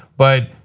but